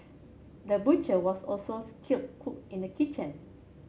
the butcher was also skilled cook in the kitchen